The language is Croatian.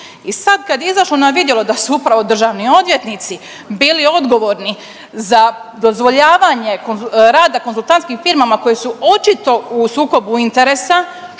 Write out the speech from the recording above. i sad kad je izašlo na vidjelo da su upravo državni odvjetnici bili odgovorni za dozvoljavanje rada konzultantskim firmama koje su očito u sukobu interesa